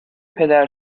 پدر